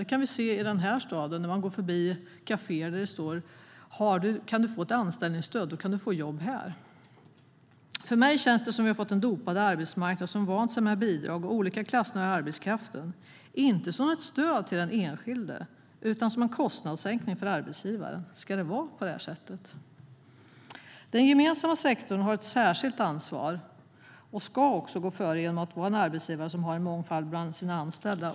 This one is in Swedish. Det kan vi se i den här staden, där man går förbi kaféer där det står: Kan du få anställningsstöd kan du få jobb här. För mig känns det som att vi har fått en dopad arbetsmarknad som vant sig vid bidrag och olika klassningar av arbetskraften, inte som stöd till den enskilde utan som en kostnadssänkning för arbetsgivaren. Ska det vara på det här sättet? Den gemensamma sektorn har ett särskilt ansvar som arbetsgivare och ska gå före genom att ha en mångfald bland sina anställda.